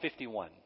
51